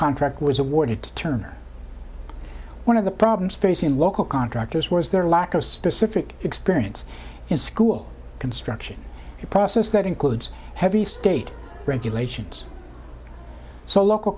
contract was awarded to turner one of the problems facing local contractors was their lack of specific experience in school construction a process that includes heavy state regulations so local